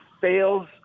fails